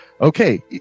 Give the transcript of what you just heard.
Okay